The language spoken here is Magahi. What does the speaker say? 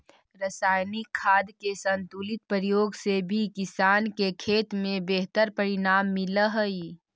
रसायनिक खाद के संतुलित प्रयोग से भी किसान के खेत में बेहतर परिणाम मिलऽ हई